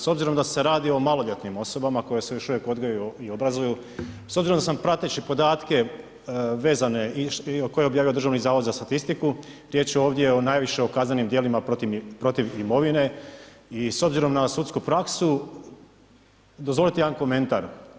S obzirom da se radi o maloljetnim osobama koje se još uvijek odgajaju i obrazuju, s obzirom da sam prateći podatke vezane i koje je objavio Državni zavod za statistiku, riječ je ovdje o najviše o kaznenim djelima protiv imovine i s obzirom na sudsku praksu, dozvolite jedan komentar.